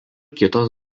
kitos